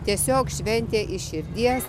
tiesiog šventė iš širdies